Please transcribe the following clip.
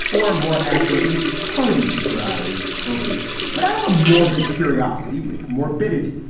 or more accurately, hardy's variety obese. but i have a morbid curiosity with morbidity.